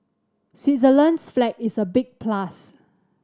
Switzerland's flag is a big plus